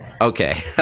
Okay